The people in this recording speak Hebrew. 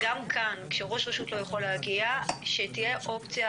גם כאן כשראש רשות לא יכול להגיע שתהיה אופציה